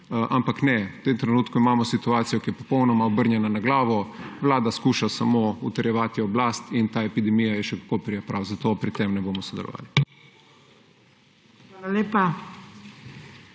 naprej. V tem trenutku imamo situacijo, ki je popolnoma obrnjena na glavo. Vlada skuša samo utrjevati oblast in ta epidemija ji še kako pride prav, zato pri tem ne bomo sodelovali.